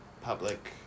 Public